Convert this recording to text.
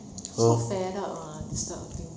so fed up ah this type of thing